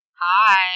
Hi